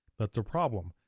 that's a problem.